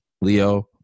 leo